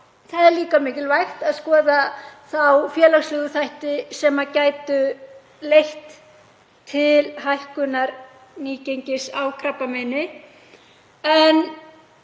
Það er líka mikilvægt að skoða þá félagslegu þætti sem gætu leitt til hækkunar nýgengis á krabbameini. Ég